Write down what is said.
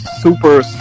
super